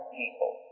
people